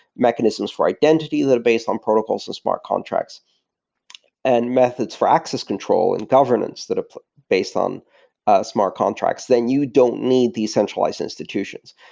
mechanisms for identity that are based on protocols smart contracts and methods for access control and governance that are based on ah smart contracts, then you don't need these centralized institutions.